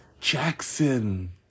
Jackson